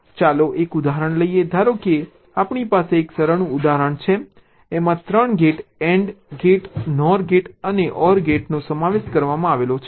ચાલો એક ઉદાહરણ લઈએ ધારો કે આપણી પાસે એક સરળ ઉદાહરણ છે જેમાં 3 gate AND gate NOR gate અને OR ગેટ નો સમાવેશ થાય છે